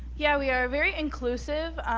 yeah we are very inclusive,